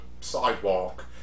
sidewalk